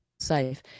safe